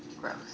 Gross